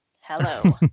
hello